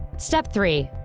step three.